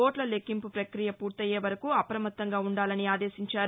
ఓట్ల లెక్కింపు ప్రపక్రియ పూర్తయ్యేవరకు అప్రమత్తంగా ఉండాలని ఆదేశించారు